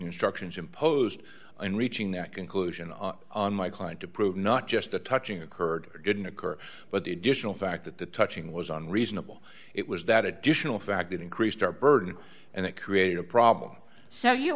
instructions imposed and reaching that conclusion on my client to prove not just the touching occurred or didn't occur but the additional fact that the touching was unreasonable it was that additional fact it increased our burden and it created a problem so you